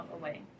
away